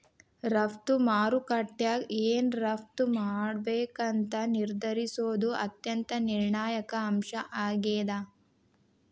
ರಫ್ತು ಮಾರುಕಟ್ಯಾಗ ಏನ್ ರಫ್ತ್ ಮಾಡ್ಬೇಕಂತ ನಿರ್ಧರಿಸೋದ್ ಅತ್ಯಂತ ನಿರ್ಣಾಯಕ ಅಂಶ ಆಗೇದ